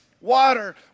water